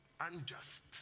Unjust